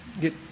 get